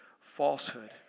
falsehood